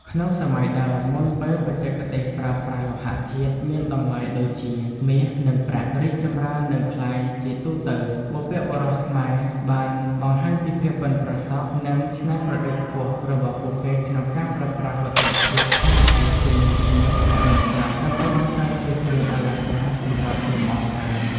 ក្នុងសម័យដើមៗ មុនពេលបច្ចេកទេសប្រើប្រាស់លោហៈធាតុមានតម្លៃដូចជា មាស និងប្រាក់ រីកចម្រើន និងក្លាយជាទូទៅ បុព្វបុរសខ្មែរបានបង្ហាញពីភាពប៉ិនប្រសប់ និងច្នៃប្រឌិតខ្ពស់របស់ពួកគេក្នុងការប្រើប្រាស់ វត្ថុធាតុធម្មជាតិជុំវិញខ្លួនដែលមានស្រាប់ ដើម្បីបង្កើតជាគ្រឿងអលង្ការសម្រាប់លម្អកាយ។